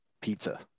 pizza